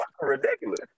ridiculous